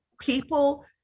People